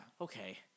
Okay